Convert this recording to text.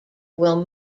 will